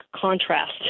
contrast